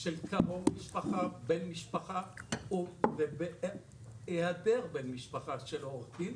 של קרוב משפחה, בן משפחה או היעדר בן משפחה אנחנו